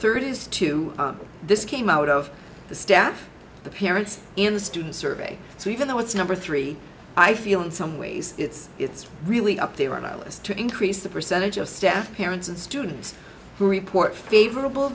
third is to this came out of the staff the parents in the student survey so even though it's number three i feel in some ways it's it's really up there on my list to increase the percentage of staff parents and students who report favorable